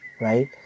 Right